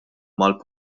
mal